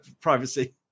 privacy